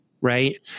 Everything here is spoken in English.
right